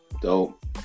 dope